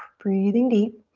breathing deep.